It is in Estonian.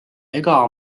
ega